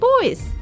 boys